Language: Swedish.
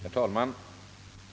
Herr talman!